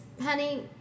honey